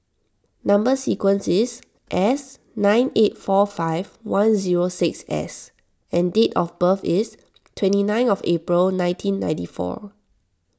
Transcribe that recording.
Number Sequence is S nine eight four five one zero six S and date of birth is twenty nine of April nineteen ninety four